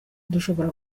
dushobora